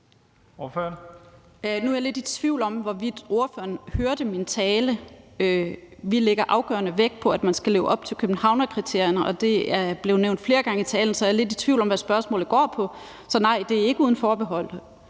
Nu er jeg lidt i tvivl om, hvorvidt ordføreren hørte min tale. Vi lægger afgørende vægt på, at man skal leve op til Københavnerkriterierne, og det er blevet nævnt flere gange i talen. Så jeg er lidt i tvivl om, hvad spørgsmålet går på. Så nej, det er ikke uden forbehold.